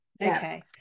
Okay